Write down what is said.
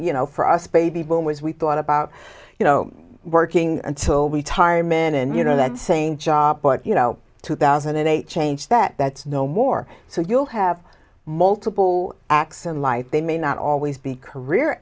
you know for us baby boomers we thought about you know working until we tire men and you know that same job but you know two thousand and eight change that that's no more so you'll have multiple x in life they may not always be career